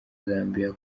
zambia